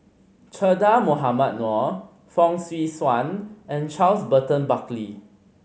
Che Dah Mohamed Noor Fong Swee Suan and Charles Burton Buckley